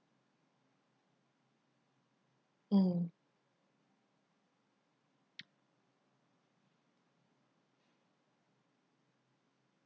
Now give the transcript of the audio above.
mm